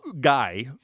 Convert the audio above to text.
guy